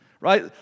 right